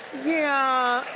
yeah.